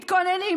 מתכוננים,